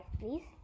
please